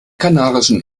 kanarischen